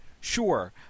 Sure